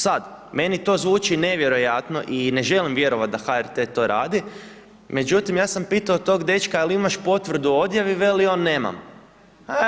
Sad, meni to zvuči nevjerojatno i ne želim vjerovati da HRT to radi, međutim, ja sam pitao tog dečka jel imaš potvrdu o odjavi, veli on, nemam.